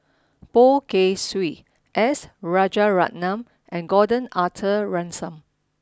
Poh Kay Swee S Rajaratnam and Gordon Arthur Ransome